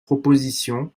proposition